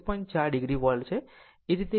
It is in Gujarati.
4 o વોલ્ટ છે